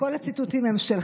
אבל כל הציטוטים הם שלך,